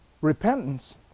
repentance